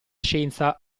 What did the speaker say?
scienza